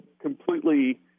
completely